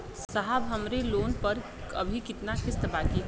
साहब हमरे लोन पर अभी कितना किस्त बाकी ह?